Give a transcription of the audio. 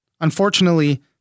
Unfortunately